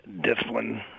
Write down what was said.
discipline